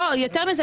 לא יותר מזה,